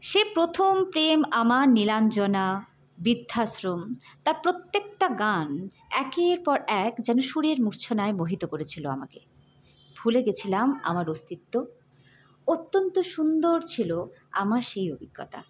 সে প্রথম প্রেম আমার নীলাঞ্জনা বৃদ্ধাশ্রম তার প্রত্যেকটা গান একের পর এক যেন সুরের মূর্চ্ছনায় মোহিত করেছিল আমাকে ভুলে গেছিলাম আমার অস্তিত্ব অত্যন্ত সুন্দর ছিল আমার সেই অভিজ্ঞতা